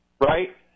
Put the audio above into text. right